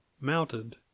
mounted